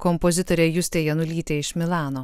kompozitorė justė janulytė iš milano